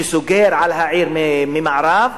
שסוגר על העיר ממערב,